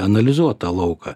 analizuot tą lauką